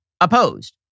opposed